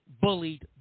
bullied